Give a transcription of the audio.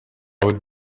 would